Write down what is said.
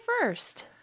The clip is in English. first